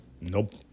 nope